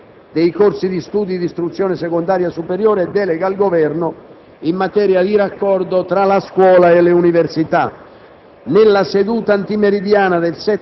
di esami di Stato conclusivi dei corsi di studio di istruzione secondaria superiore e delega al Governo in materia di raccordo tra la scuola e le università"